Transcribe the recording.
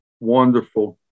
wonderful